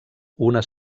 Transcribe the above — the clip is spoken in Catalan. una